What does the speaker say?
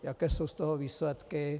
Jaké jsou z toho výsledky?